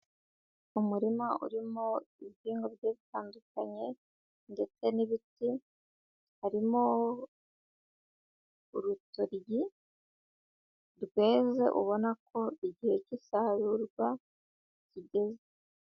Umurima urimo ibihingwa bigiye bitandukanye ndetse n'ibiti, harimo urutoryi rweze ubona ko igihe cy'isarurwa kigeze.